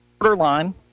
borderline